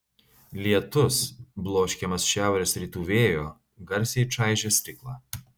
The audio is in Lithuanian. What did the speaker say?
lietus bloškiamas šiaurės rytų vėjo garsiai čaižė stiklą